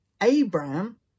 Abraham